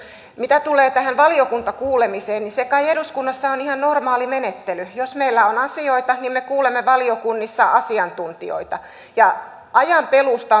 mitä tulee tähän valiokuntakuulemiseen se kai eduskunnassa on ihan normaalimenettely jos meillä on asioita me kuulemme valiokunnissa asiantuntijoita ajan peluusta